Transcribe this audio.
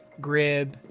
Grib